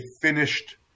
finished